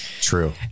true